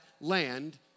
land